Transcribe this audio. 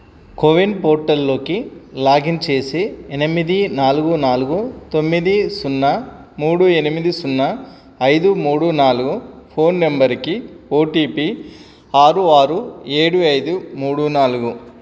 CoWIN పోర్టల్లోకి login చేసి ఎనిమిది నాలుగు నాలుగు తొమ్మిది సున్నా మూడు ఎనిమిది సున్నా ఐదు మూడు నాలుగు ఫోన్ నెంబరుకి ఓటిపి ఆరు ఆరు ఏడు ఐదు మూడు నాలుగు